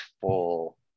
full